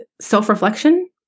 self-reflection